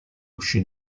uscì